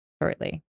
shortly